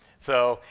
so.